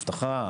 לאבטחה?